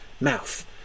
mouth